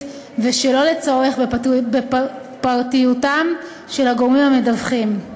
ושלא לצורך בפרטיותם של הגורמים המדווחים.